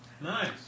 Nice